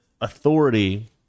authority